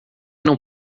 não